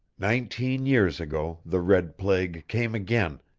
nineteen years ago the red plague came again,